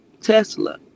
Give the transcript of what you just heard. Tesla